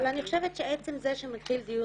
אבל אני חושבת שעצם זה שמתחיל דיון